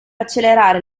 accelerare